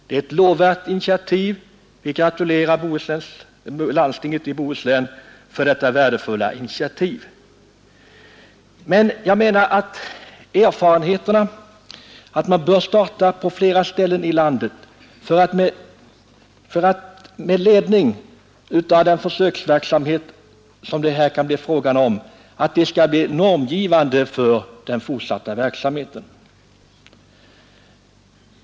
Det är ett lovvärt initiativ, och jag gratulerar landstinget i Bohuslän. Man bör starta på flera ställen och låta erfarenheterna från denna försöksverksamhet bli normgivande.